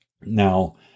Now